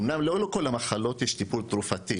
אמנם לא לכל המחלות יש טיפול תרופתי,